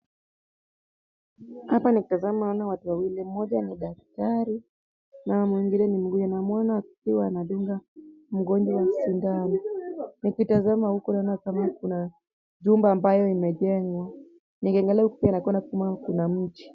Hapa nikitazama naona watu wawili. Mmoja ni daktari na mwingine ni mgonjwa. Naona akimdunga mgonjwa sindano. Nikitazama huku naona kama jumba limejengwa. Nikitazama huku naona kuna mti.